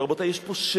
אבל, רבותי, יש פה שקר: